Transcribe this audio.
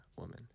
woman